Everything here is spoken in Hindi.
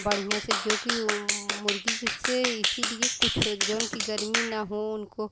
बढ़िया से जोकि मुर्ग़ी किससे इसीलिए कुछ वो जऊन कि गर्मी ना हो उनको